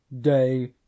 day